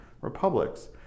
Republics